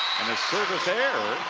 service error.